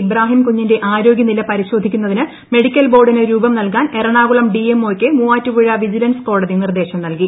ഇബ്രാഹിം കുഞ്ഞിന്റെ ആരോഗ്യനില പരിശോധിക്കുന്നതിന് മെഡിക്കൽബോർഡിന് രൂപം നൽകാൻ എറണാകുളം ഡിഎംഒക്ക് മൂവാറ്റുപുഴ വിജിലൻസ് കോടതി നിർദ്ദേശം നൽകി